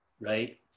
right